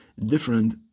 different